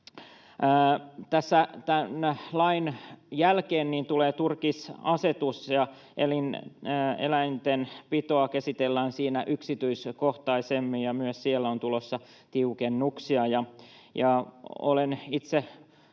Tämän lain jälkeen tulee turkisasetus, ja eläintenpitoa käsitellään siinä yksityiskohtaisemmin, ja myös siellä on tulossa tiukennuksia.